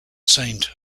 saint